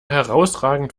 herausragend